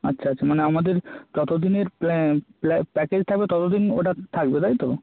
আচ্ছা আছা মানে আমাদের যতদিনের প্ল্যান প্যাকেজ থাকবে ততদিন ওটা থাকবে তাই তো